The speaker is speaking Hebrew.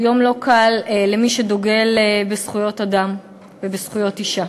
הוא יום לא קל למי שדוגל בזכויות אדם ובזכויות אישה.